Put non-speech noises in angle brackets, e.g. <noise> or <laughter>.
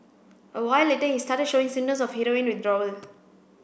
a while later he started showing <unintelligible> of heroin withdrawal